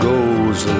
goes